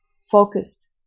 focused